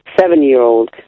seven-year-old